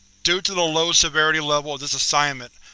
due to the low severity level of this assignment,